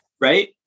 Right